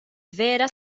vera